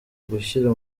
gushyira